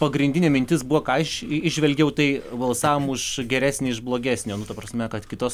pagrindinė mintis buvo ką aš įžvelgiau tai balsavom už geresnį iš blogesnio ta prasme kad kitos